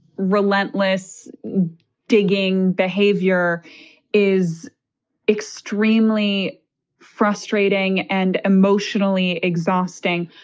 relentless digging behavior is extremely frustrating and emotionally exhausting,